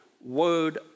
Word